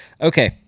Okay